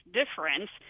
difference